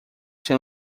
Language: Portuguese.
tem